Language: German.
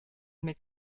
mit